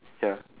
ya